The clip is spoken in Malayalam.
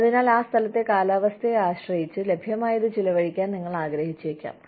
അതിനാൽ ആ സ്ഥലത്തെ കാലാവസ്ഥയെ ആശ്രയിച്ച് ലഭ്യമായത് ചെലവഴിക്കാൻ നിങ്ങൾ ആഗ്രഹിച്ചേക്കാം